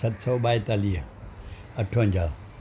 सत सौ ॿाएतालीह अठवंजाहु